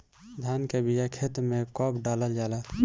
धान के बिया खेत में कब डालल जाला?